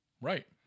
Right